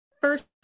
first